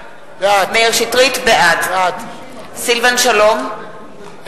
בעד סילבן שלום,